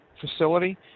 facility